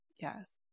Yes